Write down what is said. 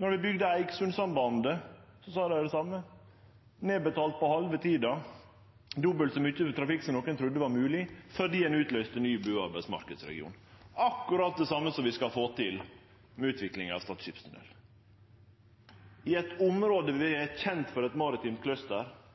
Då vi bygde Eiksundsambandet, sa dei det same. Det er nedbetalt på halve tida, det er dobbelt så mykje trafikk som nokon trudde var mogleg, fordi ein utløyste ein ny bu- og arbeidsmarknadsregion. Det er akkurat det same vi skal få til med utvikling av Stad skipstunnel – i eit område kjent for ei maritim